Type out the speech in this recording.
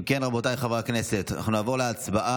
אם כן, רבותיי חברי הכנסת, אנחנו נעבור להצבעה,